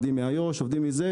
עובדים מיהודה ושומרון,